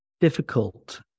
difficult